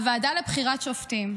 הוועדה לבחירת שופטים,